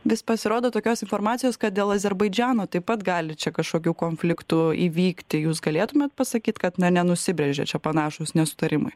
vis pasirodo tokios informacijos kad dėl azerbaidžano taip pat gali čia kažkokių konfliktų įvykti jūs galėtumėt pasakyt kad na nenusibrėžia čia panašūs nesutarimai